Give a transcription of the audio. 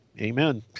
Amen